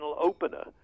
opener